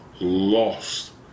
lost